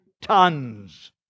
tons